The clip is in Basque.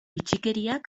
bitxikeriak